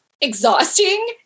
exhausting